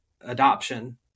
adoption